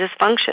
dysfunction